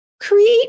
create